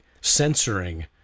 censoring